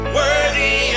worthy